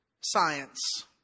science